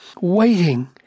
Waiting